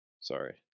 sorry